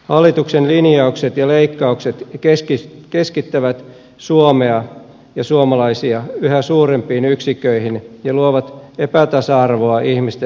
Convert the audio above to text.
hallituksen linjaukset ja leikkaukset keskittävät suomea ja suomalaisia yhä suurempiin yksiköihin ja luovat epätasa arvoa ihmisten välille